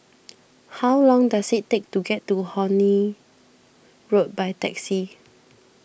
how long does it take to get to Horne Road by taxi